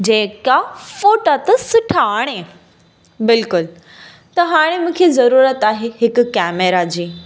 जे का फ़ोटा त सुठा आणे बिल्कुलु त हाणे मूंखे ज़रूरत आहे हिकु केमेरा जी